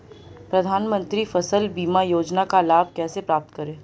प्रधानमंत्री फसल बीमा योजना का लाभ कैसे प्राप्त करें?